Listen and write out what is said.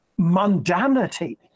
mundanity